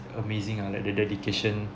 amazing lah like the dedication